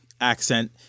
accent